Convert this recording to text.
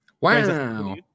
Wow